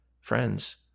Friends